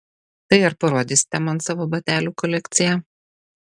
tai ar parodysite man savo batelių kolekciją